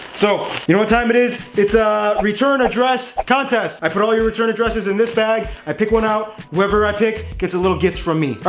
so you know what time it is. it's a return address contest i put all your return addresses in this bag. i pick one out whoever i pick gets a little gift from me